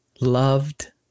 loved